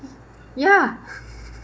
ya